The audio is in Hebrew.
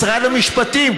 משרד המשפטים,